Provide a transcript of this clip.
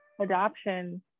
adoption